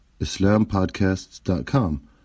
islampodcasts.com